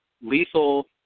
lethal